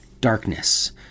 darkness